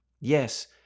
Yes